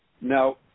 Now